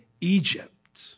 Egypt